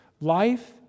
Life